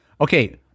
Okay